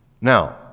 now